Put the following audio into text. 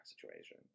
situation